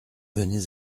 venez